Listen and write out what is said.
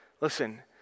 Listen